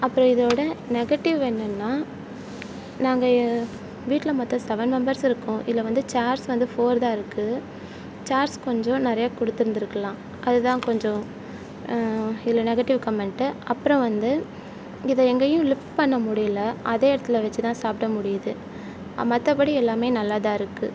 அப்புறம் இதோடய நெகட்டிவ் என்னென்னா நாங்கள் வீட்டில் மொத்தம் செவன் மெம்பர்ஸ் இருக்கோம் இதில் வந்து ச்சேர்ஸ் வந்து ஃபோர் தான் இருக்குது ச்சேர்ஸ் கொஞ்சம் நிறைய கொடுத்துருந்திருக்கலாம் அதுதான் கொஞ்சம் இதில் நெகட்டிவ் கமெண்ட்டு அப்புறம் வந்து இதை எங்கேயும் லிஃப்ட் பண்ண முடியலை அதே இடத்துல வச்சு தான் சாப்பிட முடியுது மற்றபடி எல்லாமே நல்லா தான் இருக்குது